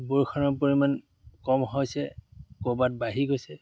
বৰষুণৰ পৰিমাণ কম হৈছে ক'ৰবাত বাঢ়ি গৈছে